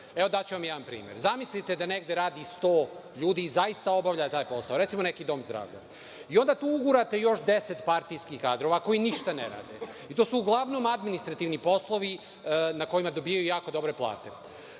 Daću vam jedan primer. Zamislite da negde radi 100 ljudi i zaista obavlja taj posao, recimo, neki dom zdravlja, i onda tu ugurate još 10 partijskih kadrova koji ništa ne rade, i to su uglavnom administrativni poslovi na kojima dobijaju jako dobre plate.